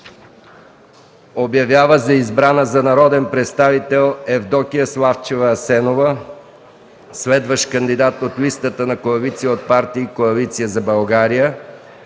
Обявява за избрана за народен представител Евдокия Славчева Асенова, следващ кандидат от листата на КП „Коалиция за България”